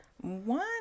one